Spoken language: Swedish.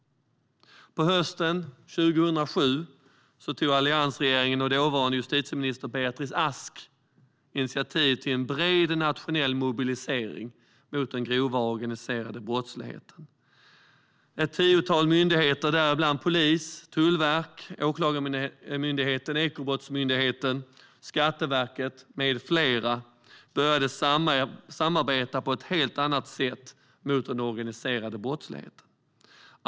På hösten 2007 tog alliansregeringen och dåvarande justitieminister Beatrice Ask initiativ till en bred nationell mobilisering mot den grova organiserade brottsligheten. Ett tiotal myndigheter, däribland Polisen, Tullverket, Åklagarmyndigheten, Ekobrottsmyndigheten och Skatteverket, började samarbeta på ett helt annat sätt mot den organiserade brottsligheten.